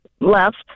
left